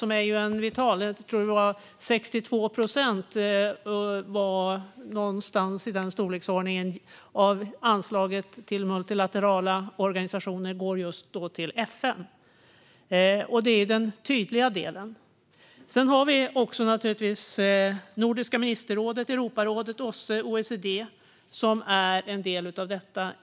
62 procent - eller något i den storleksordningen - av anslaget till multilaterala organisationer går just till FN. Det är den tydliga delen. Sedan har vi naturligtvis också Nordiska ministerrådet, Europarådet, OSSE och OECD, som är delar av detta.